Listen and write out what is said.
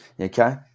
okay